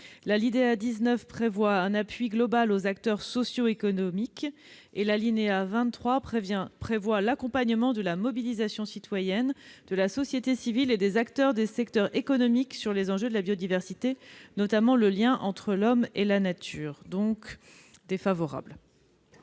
L'alinéa 19 prévoit en effet un appui global aux acteurs socio-économiques, et l'alinéa 23 l'accompagnement de la mobilisation citoyenne de la société civile et des acteurs des secteurs économiques pour les enjeux de la biodiversité, notamment le lien entre l'homme et la nature. L'avis est donc défavorable.